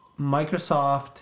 Microsoft